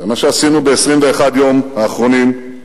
זה מה שעשינו ב-21 יום האחרונים.